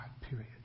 period